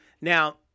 Now